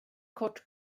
kort